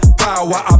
power